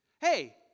Hey